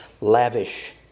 lavish